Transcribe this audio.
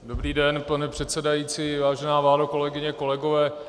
Dobrý den, pane předsedající, vážená vládo, kolegyně, kolegové.